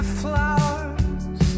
flowers